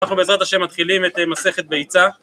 אנחנו בעזרת השם מתחילים את מסכת ביצה